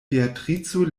beatrico